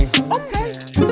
okay